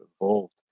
involved